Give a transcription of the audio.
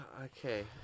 Okay